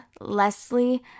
Leslie